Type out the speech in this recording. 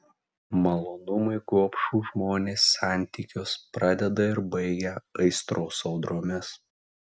malonumui gobšūs žmonės santykius pradeda ir baigia aistros audromis